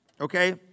okay